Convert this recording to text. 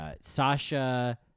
Sasha